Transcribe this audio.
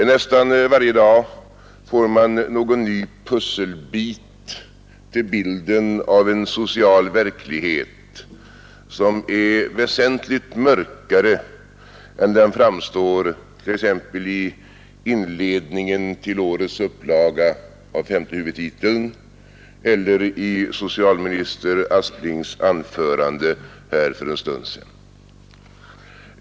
Så gott som varje dag får man en ny pusselbit till bilden av en social verklighet, som är väsentligt mörkare än den framstår t.ex. i inledningen till årets upplaga av femte huvudtiteln eller i socialminister Asplings anförande här för en stund sedan.